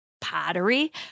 pottery